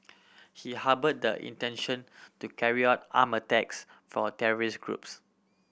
he harboured intention to carry out arm attacks for terrorist groups